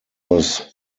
was